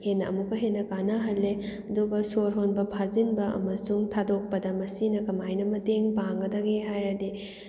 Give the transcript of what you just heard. ꯍꯦꯟꯅ ꯑꯃꯨꯛꯀ ꯍꯦꯟꯅ ꯀꯥꯅꯍꯜꯂꯦ ꯑꯗꯨꯒ ꯁꯣꯔ ꯍꯣꯟꯕ ꯐꯥꯖꯤꯟꯕ ꯑꯃꯁꯨꯡ ꯊꯥꯗꯣꯛꯄꯗ ꯃꯁꯤꯅ ꯀꯃꯥꯏꯅ ꯃꯇꯦꯡ ꯄꯥꯡꯒꯗꯒꯦ ꯍꯥꯏꯔꯗꯤ